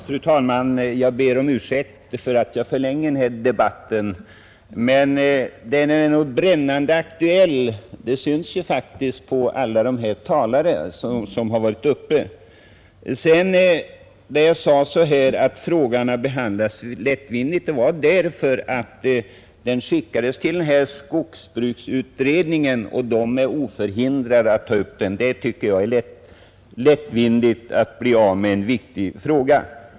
Fru talman! Jag ber om ursäkt för att jag förlänger debatten, men att frågan är brännande aktuell framgår av att så många talare har varit uppe. När jag sade att motionen har behandlats lättvindigt avsåg jag det förhållandet att utskottet säger att skogsbruksutredningen är oförhindrad att ta upp den. Det tycker jag är ett lättvindigt sätt att göra sig av med en viktig fråga.